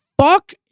fuck